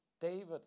David